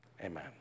amen